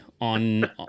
on